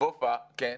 ווה, כן.